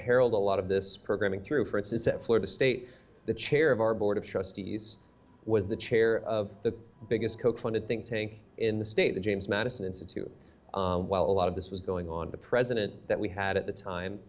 herald a lot of this programming through for instance at florida state the chair of our board of trustees was the chair of the biggest koch funded think tank in the state the james madison institute while a lot of this was going on the president that we had at the time